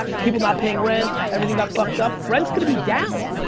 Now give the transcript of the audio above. people not paying rent, everything got fucked up. rents gonna be down.